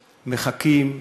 מחכים.